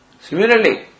Similarly